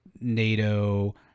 NATO